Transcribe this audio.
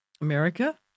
America